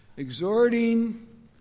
exhorting